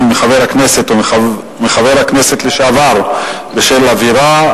מחבר הכנסת ומחבר הכנסת לשעבר בשל עבירה,